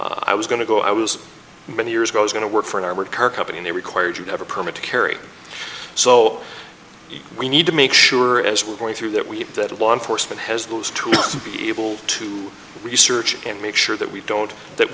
also i was going to go i was many years ago i was going to work for an armored car company required to have a permit to carry so we need to make sure as we're going through that we that law enforcement has those two able to research and make sure that we don't that